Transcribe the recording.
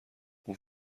اون